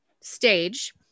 stage